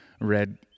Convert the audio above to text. read